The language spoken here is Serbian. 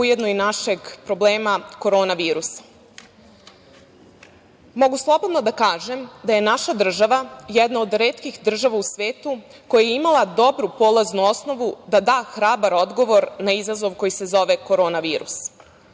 ujedno i našeg problema – korona virusa. Mogu slobodno da kažem da je naša država jedna od retkih država u svetu koja je imala dobru polaznu osnovu da da hrabar odgovor na izazov koji se zove korona virus.